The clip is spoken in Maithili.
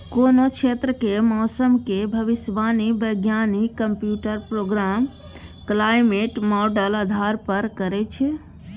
कोनो क्षेत्रक मौसमक भविष्यवाणी बैज्ञानिक कंप्यूटर प्रोग्राम क्लाइमेट माँडल आधार पर करय छै